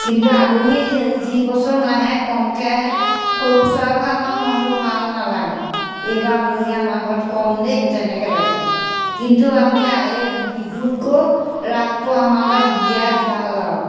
কিন্তু আলহী যিবছৰ নাহে কমকৈ আহে সেইবোৰ বছৰ আকৌ আমাৰ মনটো ভাল নালাগে এইবাৰ আলহী আমাৰ ঘৰত কম দেই সেই তেনেকৈ লাগে কিন্তু আমি বিহুতকৈ ৰাসটো আমাৰ বিয়াত ভাল আৰু